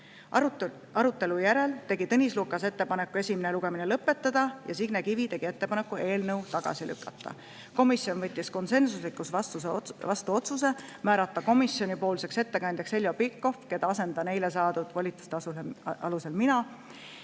täitma. Arutelu järel tegi Tõnis Lukas ettepaneku esimene lugemine lõpetada ja Signe Kivi tegi ettepaneku eelnõu tagasi lükata. Komisjon võttis konsensuslikult vastu otsuse määrata komisjoni ettekandjaks Heljo Pikhof, keda asendan eile saadud volituse alusel mina,